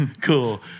Cool